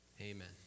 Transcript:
amen